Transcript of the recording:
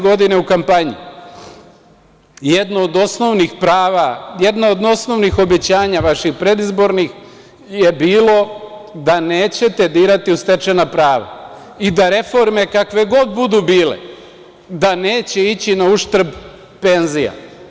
Godine 2014. u kampanji jedno od osnovnih obećanja vaših predizbornih je bilo da nećete dirati u stečena prava i da reforme, kakve god budu bile, da neće ići na uštrb penzija.